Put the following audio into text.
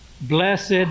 Blessed